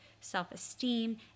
self-esteem